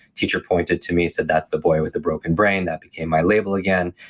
teacher pointed to me, said, that's the boy with the broken brain, that became my label again.